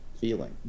feeling